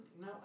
No